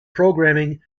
programming